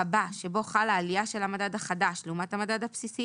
הבא שבו חלה עלייה של המדד החדש לעומת המדד הבסיסי